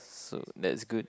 so that's good